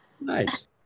Nice